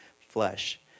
flesh